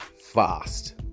fast